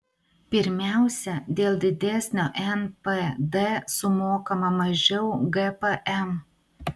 pirmiausia dėl didesnio npd sumokama mažiau gpm